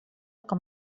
com